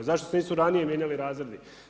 Zašto se nisu ranije mijenjali razredi?